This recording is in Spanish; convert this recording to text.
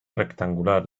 rectangular